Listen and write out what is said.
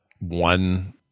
one